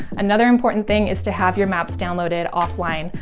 another important thing is to have your maps downloaded offline.